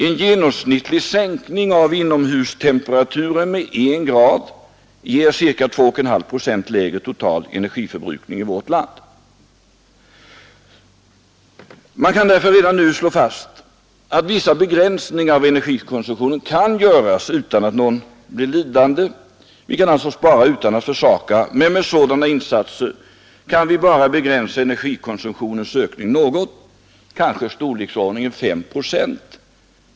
En genomsnittlig sänkning av inomhustemperaturen med en grad ger ca 2,5 procent lägre total energiförbrukning i vårt land. Man kan därför redan nu slå fast att vissa begränsningar av energikonsumtionen kan göras utan att någon blir lidande. Vi kan alltså spara utan att försaka, men med sådana insatser kan vi bara begränsa energikonsumtionens ökning något, kanske i storleksordningen 5 procent.